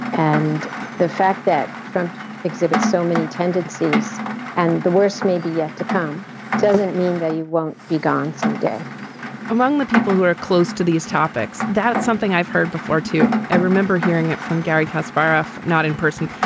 and the fact that trump exhibits so many tendencies and the worst may be yet to come doesn't mean that you won't be gone some day among the people who are close to these topics that's something i've heard before, too. i remember hearing it from garry kasparov. not in person.